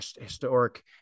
historic